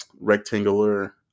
rectangular